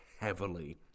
heavily